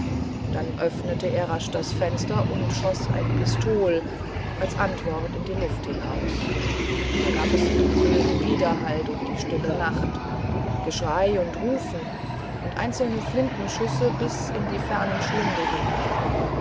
dann öffnete er rasch das fenster und schoß ein pistol als antwort in die luft hinaus da gab es einen wilden widerhall durch die stille nacht geschrei und rufen und einzelne flintenschüsse bis in die fernsten schlünde hinein